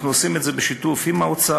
אנחנו עושים את זה בשיתוף עם האוצר,